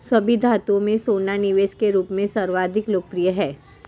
सभी धातुओं में सोना निवेश के रूप में सर्वाधिक लोकप्रिय है